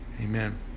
Amen